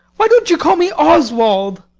why don't you call me oswald?